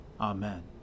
Amen